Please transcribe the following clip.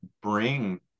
bring